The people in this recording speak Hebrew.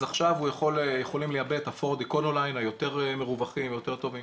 אז עכשיו יכולים לייבא את הפורד אקונוליין היותר מרווחים והיותר טובים.